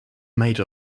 made